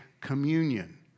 communion